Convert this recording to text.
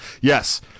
Yes